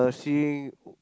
seeing